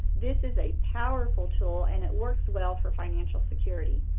this is a powerful tool, and it works well for financial security.